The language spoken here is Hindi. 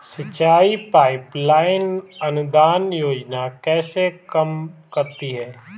सिंचाई पाइप लाइन अनुदान योजना कैसे काम करती है?